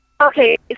Okay